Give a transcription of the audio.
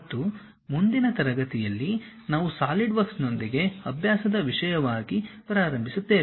ಮತ್ತು ಮುಂದಿನ ತರಗತಿಯಲ್ಲಿ ನಾವು ಸಾಲಿಡ್ವರ್ಕ್ಸ್ನೊಂದಿಗೆ ಅಭ್ಯಾಸದ ವಿಷಯವಾಗಿ ಪ್ರಾರಂಭಿಸುತ್ತೇವೆ